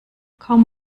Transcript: kaum